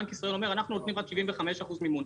בנק ישראל אומר: אנחנו נותנים עד 75% מימון,